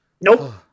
Nope